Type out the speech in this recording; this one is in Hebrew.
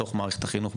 בתוך מערכת החינוך,